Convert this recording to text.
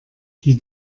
die